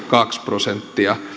kaksi prosenttia ja